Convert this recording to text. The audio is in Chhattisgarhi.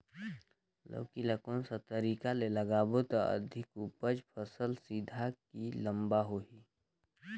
लौकी ल कौन तरीका ले लगाबो त अधिक उपज फल सीधा की लम्बा होही?